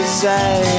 say